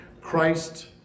Christ